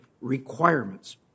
requirements